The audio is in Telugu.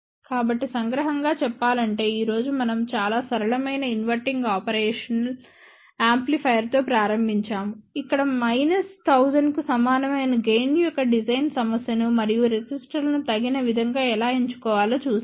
కాబట్టి సంగ్రహంగా చెప్పాలంటే ఈ రోజు మనం చాలా సరళమైన ఇన్వర్టింగ్ ఆపరేషనల్ యాంప్లిఫైయర్తో ప్రారంభించాము ఇక్కడ మైనస్ 1000 కు సమానమైన గెయిన్ యొక్క డిజైన్ సమస్యను మరియు రెసిస్టర్లను తగిన విధంగా ఎలా ఎంచుకోవాలో చూశాము